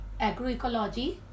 agroecology